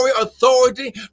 authority